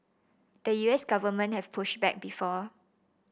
the U S government has pushed back before